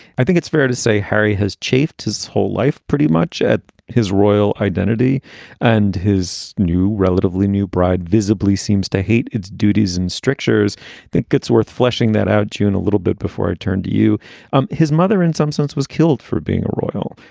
i think it's fair to say harry has chafed his whole life pretty much at his royal identity and his new relatively new bride visibly seems to hate its duties and strictures that it's worth fleshing that out june a little bit before i turn to you um his mother, in some sense was killed for being a royal.